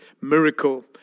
miracle